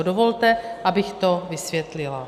Dovolte, abych to vysvětlila.